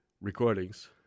recordings